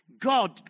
God